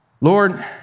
Lord